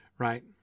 Right